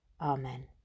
Amen